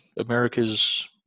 America's